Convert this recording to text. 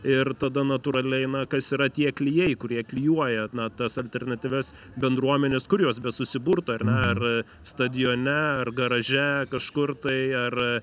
ir tada natūraliai na kas yra tie klijai kurie klijuoja na tas alternatyvias bendruomenes kur jos besusiburtų ar ne ar stadione ar garaže kažkur tai ar